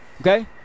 Okay